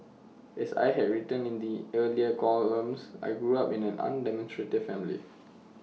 as I had written in my earlier columns I grew up in an undemonstrative family